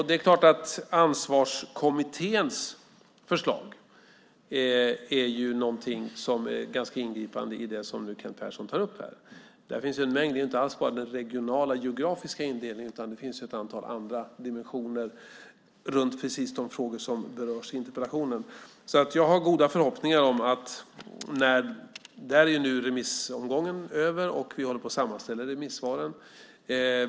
Det är klart att Ansvarskommitténs förslag är ganska ingripande i det som Kent Persson tar upp. Det gäller inte alls bara den regionala, geografiska indelningen. Det finns ett antal andra dimensioner runt precis de frågor som berörs i interpellationen, så jag har goda förhoppningar. Där är remissomgången över, och vi håller på att sammanställa remissvaren.